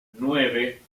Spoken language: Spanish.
nueve